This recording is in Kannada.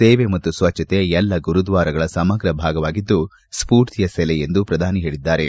ಸೇವೆ ಮತ್ತು ಸ್ವಚ್ದತೆ ಎಲ್ಲ ಗುರುದ್ವಾರಗಳ ಸಮಗ್ರ ಭಾಗವಾಗಿದ್ದು ಸ್ವೂರ್ತಿಯ ಸೆಲೆ ಎಂದು ಪ್ರಧಾನಿ ಹೇಳಿದ್ದಾರೆ